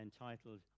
entitled